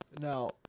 Now